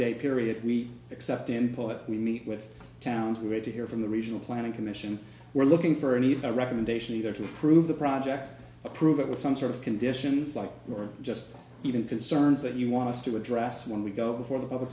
day period we accept input we meet with towns we wait to hear from the regional planning commission we're looking for a need the recommendation either to approve the project approve it with some sort of conditions like or just even concerns that you want us to address when we go before the public